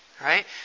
right